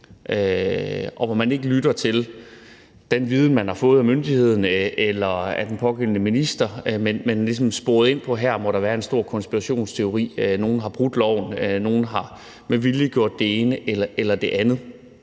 og hvor man ikke lytter til den viden, man har fået af myndighederne eller af den pågældende minister, men ligesom er sporet ind på, at der må være en stor konspirationsteori: at nogen har brudt loven, eller at nogen med vilje har gjort det ene eller det andet.